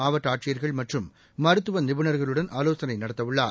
மாவட்ட ஆட்சியர்கள் மற்றும் மருத்துவ நிபுணர்களுடன் ஆலோசனை நடத்தவுள்ளார்